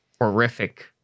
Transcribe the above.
horrific